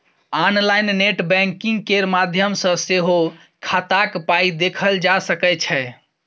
online net banking केर माध्यम सँ सेहो खाताक पाइ देखल जा सकै छै